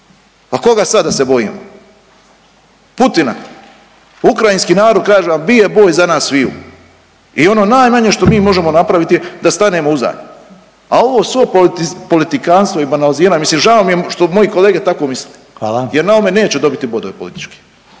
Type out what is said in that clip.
A koga sada da se bojimo? Putina? Ukrajinski narod, kažem vam, bije boj za nas sviju i ono najmanje što mi možemo napraviti da stanemo .../Govornik se ne razumije./... a ovo svo politikantstvo i banaliziranje, mislim žao mi je što moji kolege tako misle .../Upadica: Hvala./... jer na ovome neće dobiti bodove političke.